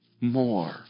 more